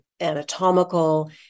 anatomical